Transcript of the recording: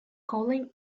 calling